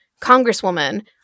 Congresswoman